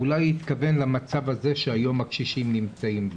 אולי הוא התכוון למצב הזה שהיום הקשישים נמצאים בו.